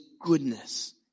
goodness